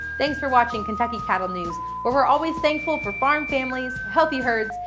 thanks for watching kentucky cattle news where we're always thankful for farm families, healthy herds,